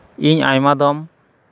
ᱤᱧ ᱟᱭᱢᱟ ᱫᱚᱢ